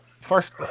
first